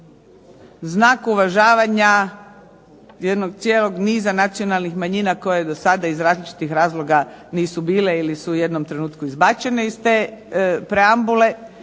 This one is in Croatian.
Znak uvažavanja jednog cijelog niza nacionalnih manjina koje do sada iz različitih razloga nisu bile ili su u jednom trenutku izbačene iz te preambule